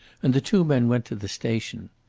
and the two men went to the station.